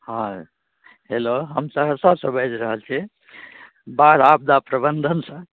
हँ हेलो हम सहरसासँ बाजि रहल छी बाढ़ आपदा प्रबन्धनसँ